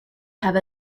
have